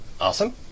Awesome